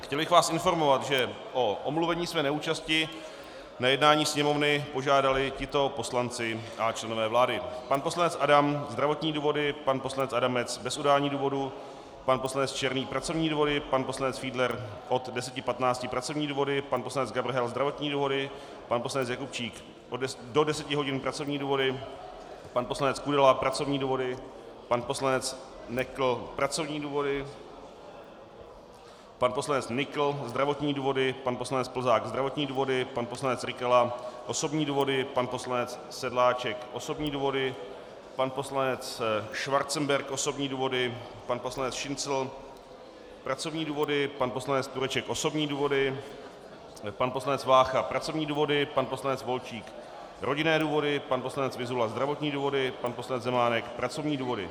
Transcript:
Chtěl bych vás informovat, že o omluvení své neúčasti na jednání Sněmovny požádali tito poslanci a členové vlády: pan poslanec Adam zdravotní důvody, pan poslanec Adamec bez udání důvodu, pan poslanec Černý pracovní důvody, pan poslanec Fiedler od 10.15 pracovní důvody, pan poslanec Gabrhel zdravotní důvody, pan poslanec Jakubčík do 10 hodin pracovní důvody, pan poslanec Kudela pracovní důvody, pan poslanec Nekl pracovní důvody, pan poslanec Nykl zdravotní důvody, pan poslanec Plzák zdravotní důvody, pan poslanec Rykala osobní důvody, pan poslanec Sedláček osobní důvody, pan poslanec Schwarzenberg osobní důvody, pan poslanec Šincl pracovní důvody, pan poslanec Tureček osobní důvody, pan poslanec Vácha pracovní důvody, pan poslanec Volčík rodinné důvody, pan poslanec Vyzula zdravotní důvody, pan poslanec Zemánek pracovní důvody.